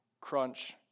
Crunch